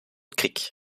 creek